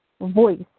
voice